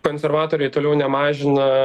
konservatoriai toliau nemažina